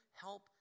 help